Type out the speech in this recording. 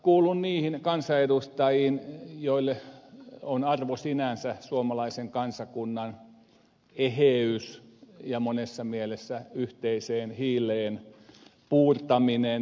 kuulun niihin kansanedustajiin joille on arvo sinänsä suomalaisen kansakunnan eheys ja monessa mielessä yhteiseen hiileen puhaltaminen